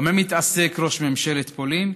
במה מתעסק ראש ממשלת פולין?